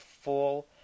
full